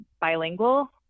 bilingual